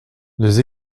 les